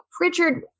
Richard